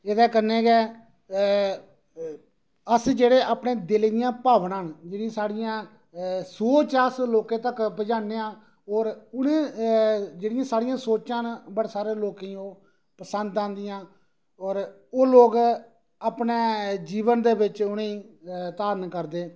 एह्दे कन्नै गै एह् अस जेह्डे़ अपने दिलै दियां भबनां न जेहड़ियां साढ़ियां सोच अस लोकें तक पजान्ने आं और उ'नें जेह्ड़ियां सोचां न लोकें गी ओह् पसंद औंदियां औऱ ओह् लोक अपने जीवन दे बिच उ'नेंगी घारन करदे न